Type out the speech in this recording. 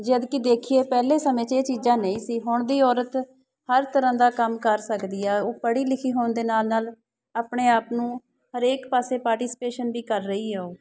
ਜਦ ਕਿ ਦੇਖੀਏ ਪਹਿਲੇ ਸਮੇਂ 'ਚ ਇਹ ਚੀਜ਼ਾਂ ਨਹੀਂ ਸੀ ਹੁਣ ਦੀ ਔਰਤ ਹਰ ਤਰ੍ਹਾਂ ਦਾ ਕੰਮ ਕਰ ਸਕਦੀ ਆ ਉਹ ਪੜ੍ਹੀ ਲਿਖੀ ਹੋਣ ਦੇ ਨਾਲ ਨਾਲ ਆਪਣੇ ਆਪ ਨੂੰ ਹਰੇਕ ਪਾਸੇ ਪਾਰਟੀਸਪੇਸ਼ਨ ਵੀ ਕਰ ਰਹੀ ਆ ਉਹ